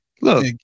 Look